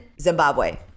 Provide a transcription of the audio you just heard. Zimbabwe